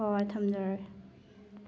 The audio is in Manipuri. ꯍꯣꯏ ꯊꯝꯖꯔꯒꯦ